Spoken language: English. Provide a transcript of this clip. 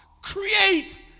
create